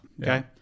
Okay